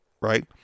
right